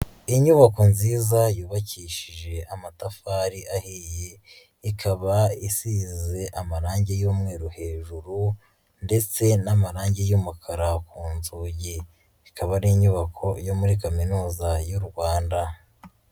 Inyubako nziza yubakishije amatafari ahiye, ikaba isize amarangi y'umweru hejuru ndetse n'amarangi y'umukara ku nzugi, ikaba ari inyubako yo muri Kaminuza y'u Rwanda.